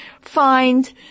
Find